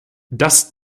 dass